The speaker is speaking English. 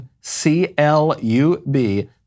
C-L-U-B